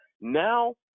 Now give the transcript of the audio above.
Now